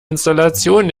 installation